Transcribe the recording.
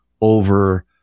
over